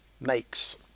makes